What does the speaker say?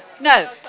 no